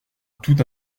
tout